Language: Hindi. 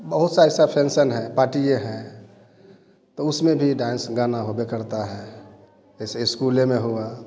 बहुत सा ऐसा फैंक्शन है पार्टीए है उसमें भी डांस गाना होबे करता है जैसे स्कूले में हुआ